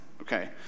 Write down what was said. okay